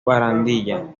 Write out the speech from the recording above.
barandilla